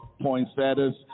poinsettias